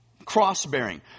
Cross-bearing